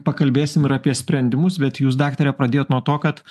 pakalbėsim ir apie sprendimus bet jūs daktare pradėjot nuo to kad